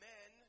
Men